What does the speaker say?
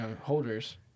holders